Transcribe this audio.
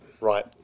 right